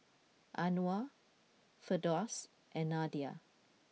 Anuar Firdaus and Nadia